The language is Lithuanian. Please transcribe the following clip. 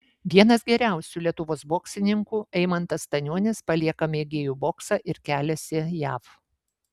vienas geriausių lietuvos boksininkų eimantas stanionis palieką mėgėjų boksą ir keliasi jav